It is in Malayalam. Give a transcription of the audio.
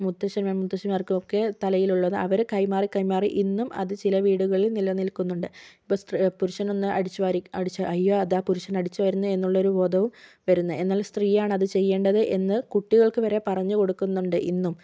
മുത്തച്ഛനും മുത്തശ്ശിമാർക്ക് ഒക്കെ തലയിൽ ഉളള അവർ കൈ മാറി കൈ മാറി ഇന്നും അത് ചില വീടുകളിൽ നിലനിൽക്കുന്നുണ്ട് അപ്പോൾ സ്ത്ര പുരുഷനൊന്ന് അടിച്ചു വാരി അതാ പുരുഷൻ അടിച്ചു വാരുന്നു എന്നുള്ള ഒരു ബോധവും വരുന്നേ എന്നാൽ സ്ത്രീയാണ് ചെയ്യേണ്ടത് എന്ന് കുട്ടികൾക്ക് വരേ പറഞ്ഞു കൊടുക്കുന്നുണ്ട് ഇന്നും